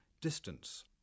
distance